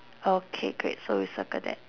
okay great so we circle that